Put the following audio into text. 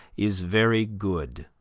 is very good